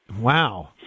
Wow